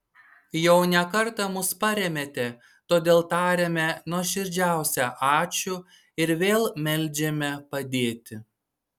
jau ne kartą mus parėmėte todėl tariame nuoširdžiausią ačiū ir vėl meldžiame padėti